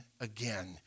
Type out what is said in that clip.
again